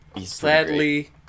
sadly